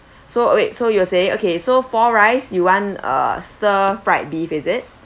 so uh wait so you were saying okay so four rice you want uh stir fried beef is it